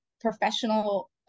professional